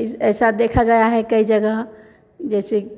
इस ऐसा देखा गया है कई जगह जैसे